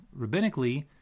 rabbinically